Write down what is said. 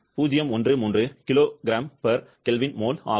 013 kgkmol ஆகும்